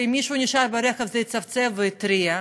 שאם מישהו נשאר ברכב זה יצפצף ויתריע.